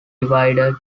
divided